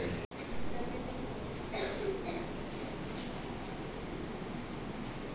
KYC వల్ల లాభాలు ఏంటివి?